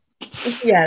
Yes